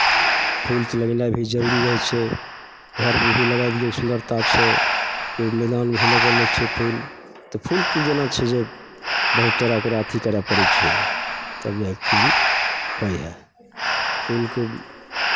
फूलके लगयनाइ भी जरूरी रहै छै घरमे भी लगाए लियौ सुन्दरता छै कोइ मैदानमे भी लगयने छै फूल तऽ फूलके जेना छै जे बहुत तरहके ओकरा अथि करय पड़ै छै तब जाए कऽ फूल होइ हइ फूलके